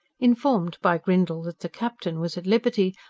informed by grindle that the captain was at liberty,